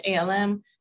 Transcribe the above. ALM